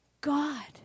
God